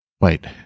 Wait